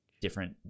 different